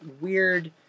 weird